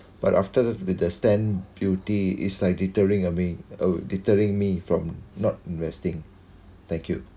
but after that the the stamp duty is like deterring of me uh deterring me from not investing thank you